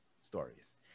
stories